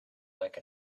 like